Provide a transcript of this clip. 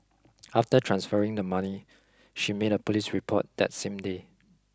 after transferring the money she made a police report that same day